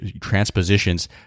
transpositions